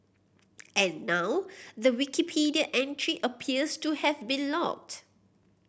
and now the Wikipedia entry appears to have been locked